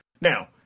Now